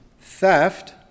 theft